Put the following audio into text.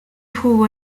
jugó